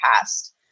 past